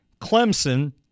Clemson